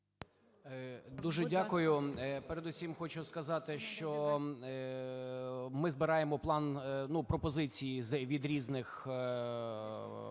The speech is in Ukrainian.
Дуже дякую. Передусім хочу сказати, що ми збираємо план, пропозиції від різних галузей,